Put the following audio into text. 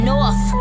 North